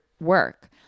work